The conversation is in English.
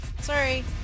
Sorry